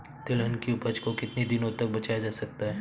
तिलहन की उपज को कितनी दिनों तक बचाया जा सकता है?